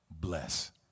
bless